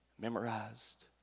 memorized